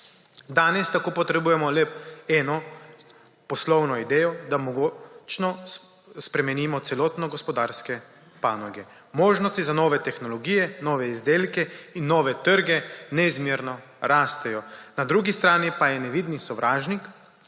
Danes tako potrebujemo le eno poslovno idejo, da mogočno(?) spremenimo celotno gospodarske panoge. Možnosti za nove tehnologije, nove izdelke in nove trge neizmerno rastejo, na drugi strani pa je nevidni sovražnik